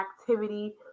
activity